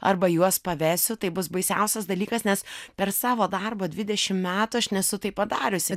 arba juos pavesiu tai bus baisiausias dalykas nes per savo darbo dvidešim metų aš nesu taip padariusi